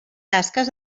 tasques